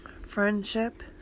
Friendship